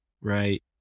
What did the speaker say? Right